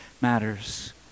matters